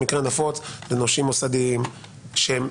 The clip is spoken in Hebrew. המקרה הנפוץ הוא נושים מוסדיים שהם